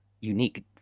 unique